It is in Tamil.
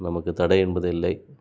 நமக்கு தடை என்பது இல்லை